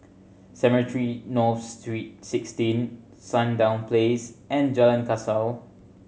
Cemetry North sixteen Sandown Place and Jalan Kasau